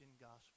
gospel